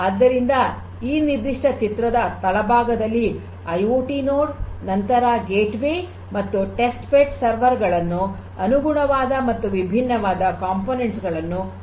ಆದ್ದರಿಂದ ಈ ನಿರ್ದಿಷ್ಟ ಚಿತ್ರದ ತಳಭಾಗದಲ್ಲಿ ಐಓಟಿ ನೋಡ್ ನಂತರ ಗೇಟ್ ವೇ ಮತ್ತು ಟೆಸ್ಟ್ ಬೆಡ್ ಸರ್ವರ್ ಗಳನ್ನು ಅನುಗುಣವಾದ ಮತ್ತು ವಿಭಿನ್ನವಾದ ಘಟಕಗಳನ್ನು ಕಾಣುತ್ತೇವೆ